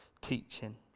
teaching